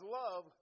love